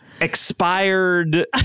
expired